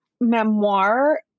memoir